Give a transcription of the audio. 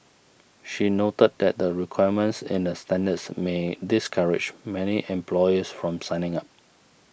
she noted that the requirements in the standards may discourage many employers from signing up